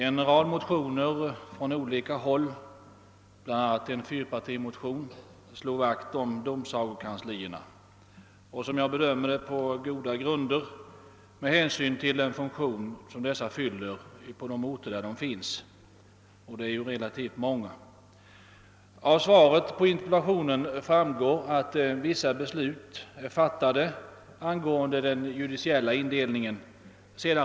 En rad motioner från olika håll, bl.a. en fyrpartimotion, slog vakt om domsagokanslierna — på goda grunder, som jag bedömer det, med hänsyn till den funktion som dessa fyller på de orter där de finns, och de är många. Av svaret framgår att efter riksdagsbeslutet vissa beslut har fattats angående den judiciella indelningen.